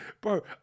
Bro